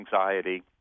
anxiety